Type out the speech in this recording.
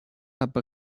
حبه